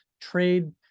trade